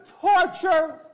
torture